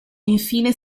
infine